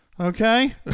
Okay